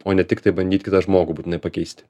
o ne tiktai bandyt kitą žmogų būtinai pakeisti